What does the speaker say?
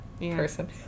person